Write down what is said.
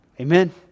Amen